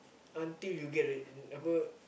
until you get it whenever